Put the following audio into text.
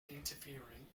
interfering